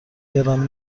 گردم